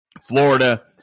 Florida